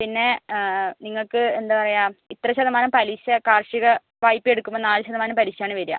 പിന്നെ നിങ്ങക്ക് എന്താ പറയുക ഇത്ര ശതമാനം പലിശ കാർഷിക വായ്പ എടുക്കുമ്പം നാല് ശതമാനം പലിശ ആണ് വരിക